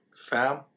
Fam